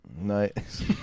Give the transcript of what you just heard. Nice